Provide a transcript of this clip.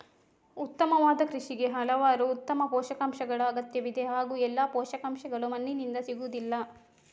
ಉತ್ತಮವಾದ ಕೃಷಿಗೆ ಹಲವಾರು ಉತ್ತಮ ಪೋಷಕಾಂಶಗಳ ಅಗತ್ಯವಿದೆ ಹಾಗೂ ಎಲ್ಲಾ ಪೋಷಕಾಂಶಗಳು ಮಣ್ಣಿನಿಂದ ಸಿಗುವುದಿಲ್ಲ